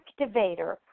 activator